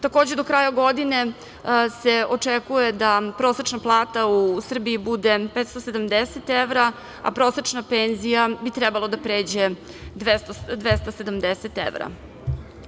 Takođe, do kraja godine se očekuje da prosečna plata u Srbiji bude 570 evra, a prosečna penzija bi trebalo da pređe 270 evra.